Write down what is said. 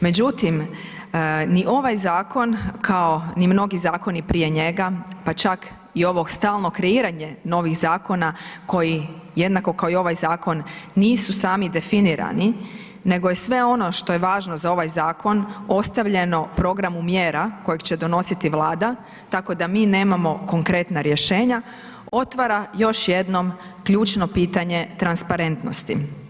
Međutim, ni ovaj zakon kao ni mnogi zakoni prije njega pa čak i ovo stalno kreiranje novih zakona koji jednako kao i ovaj zakon nisu sami definirani nego je sve ono što je važno za ovaj zakon ostavljeno programu mjera kojeg će donositi Vlada tako da mi nemamo konkretna rješenja otvara još jednom ključno pitanje transparentnosti.